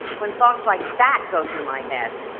when thoughts like that go through my head,